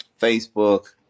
Facebook